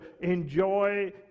enjoy